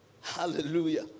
Hallelujah